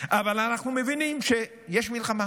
אבל אנחנו מבינים שיש מלחמה